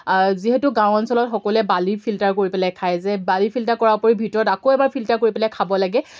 যিহেতু গাঁও অঞ্চলত সকলোৱে বালি ফিল্টাৰ কৰি পেলাই খায় যে বালি ফিল্টাৰ কৰাৰ উপৰি ভিতৰত আকৌ এবাৰ ফিল্টাৰ কৰি পেলাই খাব লাগে